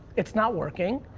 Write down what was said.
it's not working.